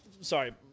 sorry